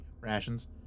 rations